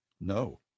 No